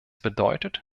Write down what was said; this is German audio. bedeutet